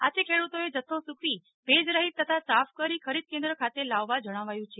આથી ખેડૂતોએ જથ્થો સૂકવી ભેજ રહિત તથા સાફ કરી ખરીદ કેન્દ્ર ખાતે લાવવા જણાવાયું છે